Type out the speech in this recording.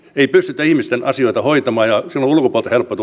ei pystytä ihmisten asioita hoitamaan ja silloin on ulkopuolelta helppo